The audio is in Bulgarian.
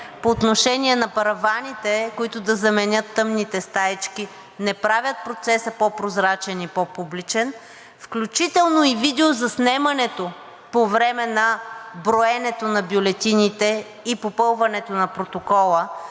по отношение на параваните, които да заменят тъмните стаички, не правят процеса по-прозрачен и по-публичен, включително и видеозаснемането по време на броенето на бюлетините и попълването на протокола,